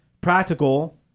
practical